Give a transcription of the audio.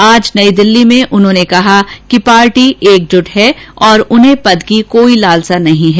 आज नई दिल्ली में उन्होंने कहा कि पार्टी एकजुट है और उन्हें पद की कोई लालसा नहीं है